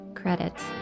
credits